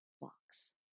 box